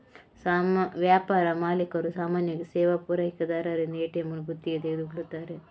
ವ್ಯಾಪಾರ ಮಾಲೀಕರು ಸಾಮಾನ್ಯವಾಗಿ ಸೇವಾ ಪೂರೈಕೆದಾರರಿಂದ ಎ.ಟಿ.ಎಂಗಳನ್ನು ಗುತ್ತಿಗೆಗೆ ತೆಗೆದುಕೊಳ್ಳುತ್ತಾರೆ